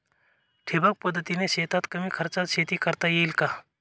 ठिबक पद्धतीने शेतात कमी खर्चात शेती करता येईल का?